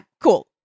cool